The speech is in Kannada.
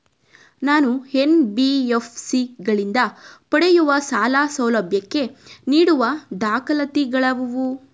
ನಾನು ಎನ್.ಬಿ.ಎಫ್.ಸಿ ಗಳಿಂದ ಪಡೆಯುವ ಸಾಲ ಸೌಲಭ್ಯಕ್ಕೆ ನೀಡುವ ದಾಖಲಾತಿಗಳಾವವು?